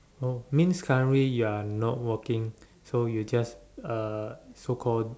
no means currently you are not working so you just uh so called